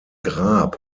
grab